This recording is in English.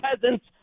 peasants